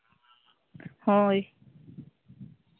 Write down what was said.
ᱦᱳᱭ